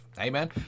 Amen